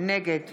נגד